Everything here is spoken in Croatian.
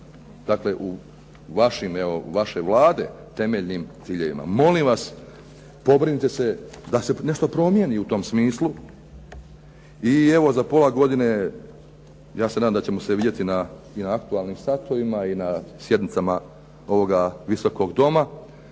dakle u vaše Vlade temeljnim ciljevima. Molim vas, pobrinite se da se nešto promijeni u tom smislu i evo za pola godine ja se nadam da ćemo se vidjeti i na aktualnim satovima i na sjednicama ovoga Visokog doma